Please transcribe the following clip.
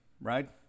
right